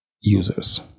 users